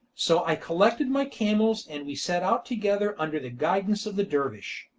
so i collected my camels and we set out together under the guidance of the dervish.